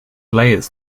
layers